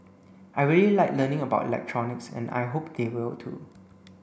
I really like learning about electronics and I hope they will too